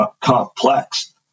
complex